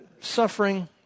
suffering